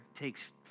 takes